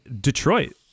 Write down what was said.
Detroit